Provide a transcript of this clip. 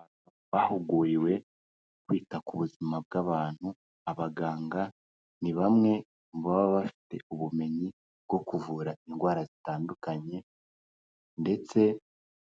Abantu bahuguriwe kwita ku buzima bw'abantu, abaganga ni bamwe mu baba bafite ubumenyi bwo kuvura indwara zitandukanye ndetse